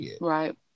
Right